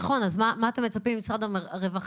נכון, אז מה אתם מצפים ממשרד הרווחה?